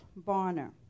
Barner